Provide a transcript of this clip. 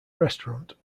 restaurant